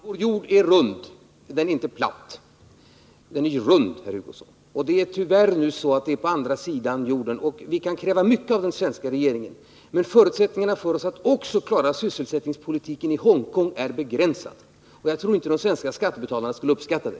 Herr talman! Vår jord är rund. Den är inte platt, den är rund, herr Hugosson. Det är tyvärr så att det som här har nämnts gäller förhållanden på andra sidan jorden. Vi kan kräva mycket av den svenska regeringen, men förutsättningarna för oss att också klara sysselsättningspolitiken i Hongkong är begränsade. Jag tror inte att de svenska skattebetalarna skulle uppskatta det.